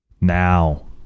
Now